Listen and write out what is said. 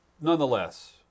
Nonetheless